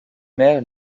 mère